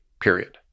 period